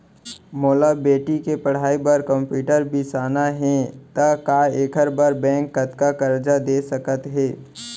मोला बेटी के पढ़ई बार कम्प्यूटर बिसाना हे त का एखर बर बैंक कतका करजा दे सकत हे?